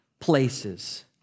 places